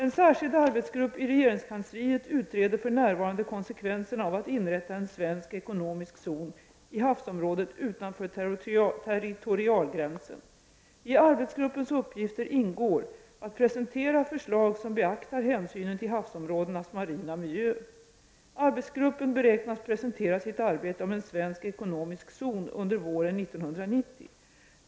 En särskild arbetsgrupp i regeringskansliet utreder för närvarande konsekvenserna av att inrätta en svensk ekonomisk zon i havsområdet utanför territorialgränsen. I arbetsgruppens uppgifter ingår att presentera förslag som beaktar hänsynen till havsområdenas marina miljö. Arbetsgruppen beräknas presentera sitt arbete om en svensk ekonomisk zon under våren 1990.